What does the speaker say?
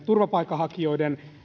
turvapaikanhakijoiden